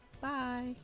Bye